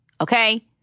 okay